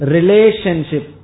Relationship